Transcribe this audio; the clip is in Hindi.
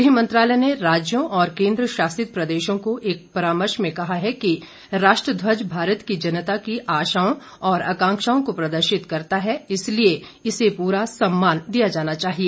गृह मंत्रालय ने राज्यों और केन्द्र शासित प्रदेशों को एक परामर्श में कहा है कि राष्ट्र ध्वज भारत की जनता की आशाओं और आकांक्षाओं को प्रदर्शित करता है इसलिए इसे पूरा सम्मान दिया जाना चाहिए